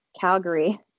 Calgary